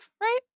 right